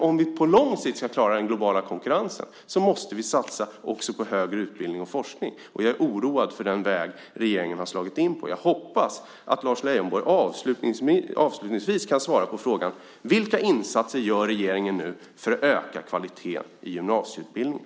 Om vi på lång sikt ska klara den globala konkurrensen måste vi satsa på högre utbildning och forskning. Jag är oroad för den väg som regeringen har slagit in på. Jag hoppas att Lars Lejonborg avslutningsvis kan svara på frågan: Vilka insatser gör regeringen för att öka kvaliteten på gymnasieutbildningen?